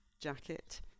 jacket